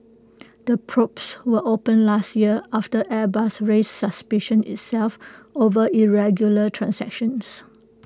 the probes were opened last year after airbus raised suspicions itself over irregular transactions